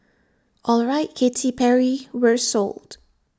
alright Katy Perry we're sold